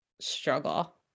struggle